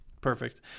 Perfect